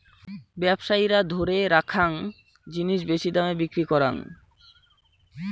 ব্যবসায়ীরা ধরে রাখ্যাং জিনিস বেশি দামে বিক্রি করং